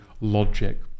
logic